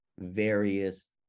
various